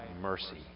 mercy